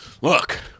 look